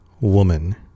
woman